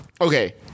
okay